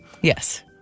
Yes